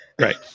Right